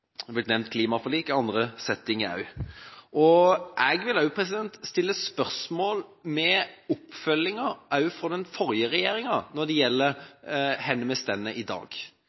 Det har blitt nevnt i klimaforliket, og også i andre settinger. Jeg vil også stille spørsmål ved oppfølginga fra den forrige regjeringa når det gjelder hvor vi står i dag.